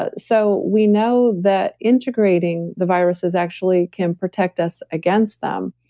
ah so we know that integrating the viruses actually can protect us against them.